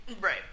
Right